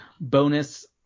bonus